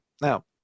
Now